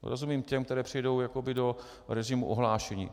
Rozumím těm, které přejdou jakoby do režimu ohlášení.